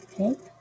Okay